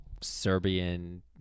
Serbian